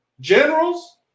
generals